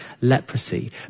leprosy